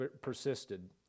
persisted